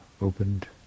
opened